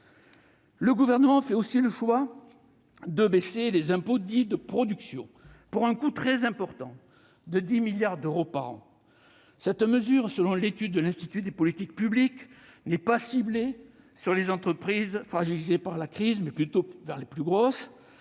Le Gouvernement fait également le choix de baisser les impôts dits « de production », pour un coût très important, de 10 milliards d'euros par an. Cette mesure, selon l'étude de l'Institut des politiques publiques, est ciblée non pas sur les entreprises fragilisées par la crise, mais plutôt sur les plus grosses,